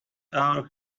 hour